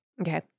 Okay